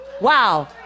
Wow